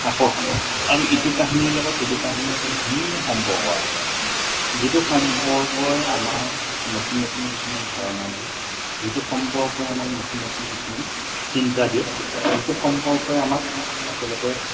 আকৰ্ষণীয় আৰু ইটো কাহিনীৰ লগত সেইটো কাহিনীৰ এটা ধুনীয়া সম্পৰ্ক আছে যিটো সম্পৰ্কই আমাক নতুন নতুন কিছুমান ধাৰণা দিয়ে যিটো সম্পৰ্কই আমাক নতুন নতুন কিছুমান চিন্তা দিয়ে যিটো সম্পৰ্কই আমাক আচলতে